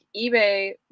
eBay